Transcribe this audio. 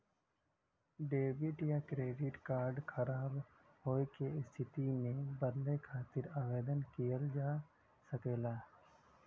debit या credit card ख़राब होये क स्थिति में बदले खातिर आवेदन किहल जा सकला